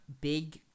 big